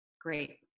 great